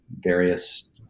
various